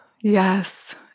Yes